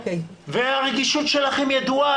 והרגישות שלכם ידועה,